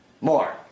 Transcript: more